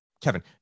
Kevin